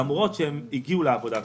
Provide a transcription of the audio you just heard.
למרות שהם הגיעו לעבודה.